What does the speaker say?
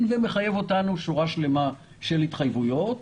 ומחייב אותנו בשורה שלמה של התחייבויות,